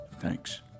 Thanks